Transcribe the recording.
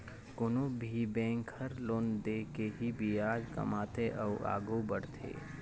कोनो भी बेंक हर लोन दे के ही बियाज कमाथे अउ आघु बड़थे